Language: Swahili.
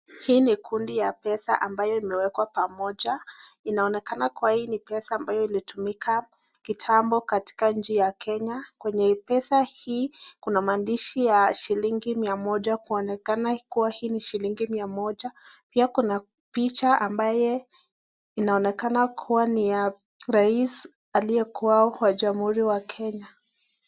Hii ni kundi ya pesa ambayo imewekwa pamoja, inaonekana kuwa hii ni pesa ambayo ilitumika kitambo katika nchi ya Kenya. Kwenye pesa hii kuna maandishi ya shilingi mia moja, kuonekana kuwa hii ni shilingi mia moja. Pia kuna picha ambaye inaonekana kuwa ni ya rais aliyekuwa wa jamhuri wa Kenya.